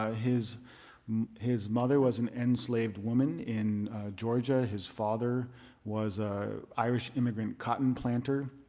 ah his his mother was an enslaved woman in georgia. his father was a irish immigrant cotton planter.